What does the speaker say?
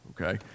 okay